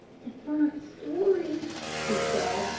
the burnt story, she said.